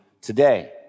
today